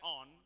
on